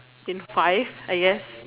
in five I guess